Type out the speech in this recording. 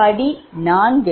இது படி 3 ஆகும்